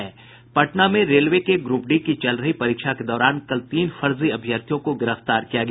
पटना में रेलवे के group D की चल रही परीक्षा के दौरान कल तीन फर्जी अभ्यर्थियों को गिरफ्तार किया गया